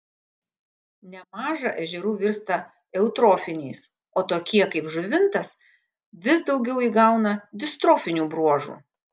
nemaža ežerų virsta eutrofiniais o tokie kaip žuvintas vis daugiau įgauna distrofinių bruožų